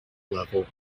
level